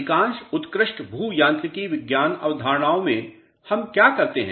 अधिकांश उत्कृष्ट भू यांत्रिकी विज्ञान अवधारणाओं में हम क्या करते हैं